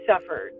suffered